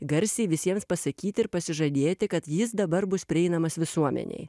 garsiai visiems pasakyti ir pasižadėti kad jis dabar bus prieinamas visuomenei